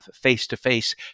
face-to-face